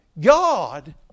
God